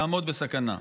תעמוד בסכנה.